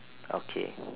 okay